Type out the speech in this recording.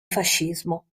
fascismo